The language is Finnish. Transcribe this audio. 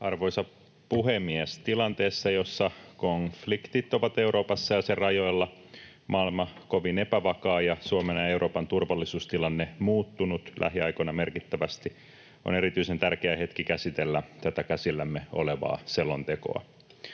Arvoisa puhemies! Tilanteessa, jossa konfliktit ovat Euroopassa ja sen rajoilla, maailma kovin epävakaa ja Suomen ja Euroopan turvallisuustilanne muuttunut lähiaikoina merkittävästi, on erityisen tärkeä hetki käsitellä tätä käsillämme olevaa selontekoa.